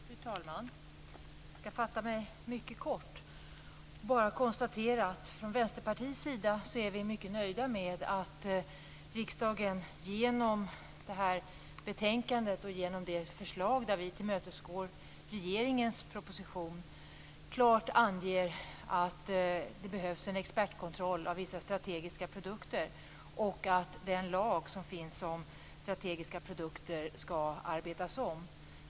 Fru talman! Jag skall fatta mig mycket kort. Jag skall bara konstatera att vi från Vänsterpartiets sida är mycket nöjda med att riksdagen genom det här betänkandet, och genom det förslag där vi tillmötesgår regeringens proposition, klart anger att det behövs en exportkontroll av vissa strategiska produkter och att den lag som finns om strategiska produkter skall arbetas om.